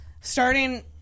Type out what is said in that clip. Starting